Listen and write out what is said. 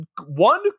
one